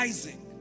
Isaac